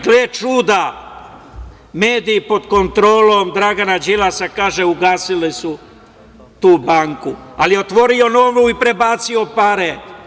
Gle čuda, mediji pod kontrolom Dragana Đilasa, kažr, ugasili su tu banku, ali je otvorio novu i prebacio pare.